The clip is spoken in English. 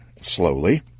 slowly